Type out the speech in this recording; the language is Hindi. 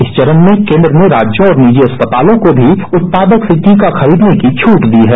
इस चरण में केन्द्र ने राज्यों और निजी अस्पतालों को भी उत्पादक से टीका खरीदने का भी छूट दी है